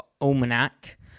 almanac